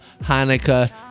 Hanukkah